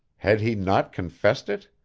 had he not confessed it?